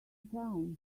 town